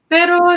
Pero